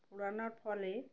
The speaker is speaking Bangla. পোড়নোর ফলে